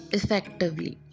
effectively